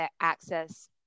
access